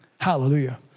Hallelujah